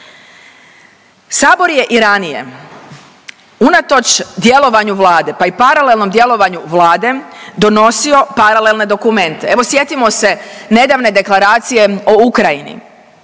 Sabor je i ranije unatoč djelovanju Vlade, pa i paralelnom djelovanju Vlade donosio paralelne dokumente. Evo sjetimo se nedavne Deklaracije o Ukrajini